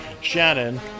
Shannon